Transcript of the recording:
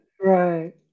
right